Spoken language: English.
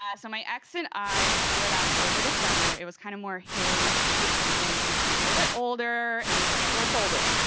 ah so my ex and i split up over the summer. it was kinda more his decision, cause he's a little bit older and he said how much older?